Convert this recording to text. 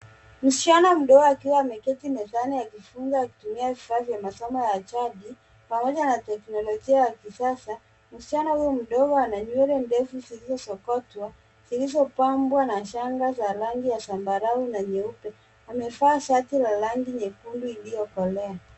Msichana mdogo akiwa ameketi mezani akijifunza, akitumia vifaa vya masomo ya jadi pamoja na teknolojia ya kisasa. Msichana huyo mdogo ana nywele ndefu zilizosokotwa, zilizopambwa na shanga za rangi ya zambarau na nyeupe. Amevaa shati la rangi nyekundu iliyokolea.